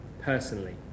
personally